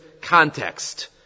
context